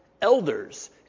elders